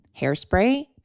hairspray